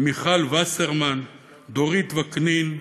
מיכל וסרמן, דורית וקנין,